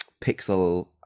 pixel